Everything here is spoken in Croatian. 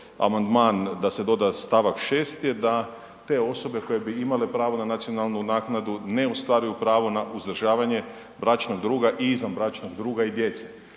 amandman da se doda st. 6. je da te osobe koje bi imale pravo na nacionalnu naknadu ne ostvaruju pravo na uzdržavanje bračnog druga i izvanbračnog druga i djece.